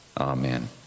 Amen